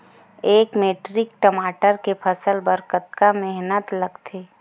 एक मैट्रिक टमाटर के फसल बर कतका मेहनती लगथे?